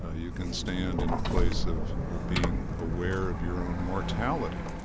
ah you can stand in a place of being aware of your own mortality,